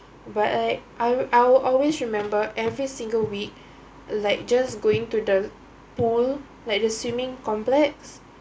but I I will I will always remember every single week like just going to the pool like the swimming complex